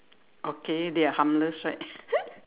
okay they are harmless right